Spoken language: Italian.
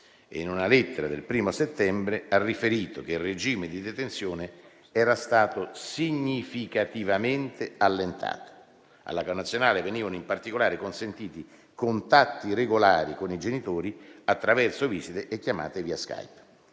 e in una lettera del 1° settembre ha riferito che il regime di detenzione era stato significativamente allentato. Alla connazionale venivano in particolare consentiti contatti regolari con i genitori attraverso visite e chiamate via Skype,